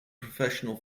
professional